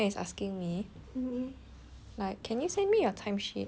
like can you send me your time sheet then I was like hello I went back home